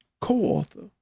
co-author